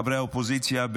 חברי האופוזיציה,